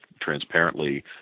transparently